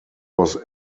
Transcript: was